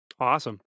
Awesome